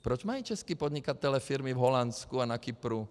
Proč mají čeští podnikatelé firmy v Holandsku a na Kypru?